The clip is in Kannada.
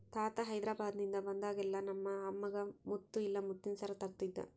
ತಾತ ಹೈದೆರಾಬಾದ್ನಿಂದ ಬಂದಾಗೆಲ್ಲ ನಮ್ಮ ಅಮ್ಮಗ ಮುತ್ತು ಇಲ್ಲ ಮುತ್ತಿನ ಸರ ತರುತ್ತಿದ್ದ